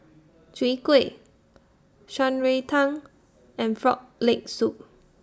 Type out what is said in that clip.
Chwee Kueh Shan Rui Tang and Frog Leg Soup